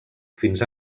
fins